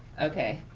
okay.